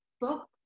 book